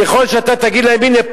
ככל שאתה תגיד להם: הנה,